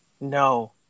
No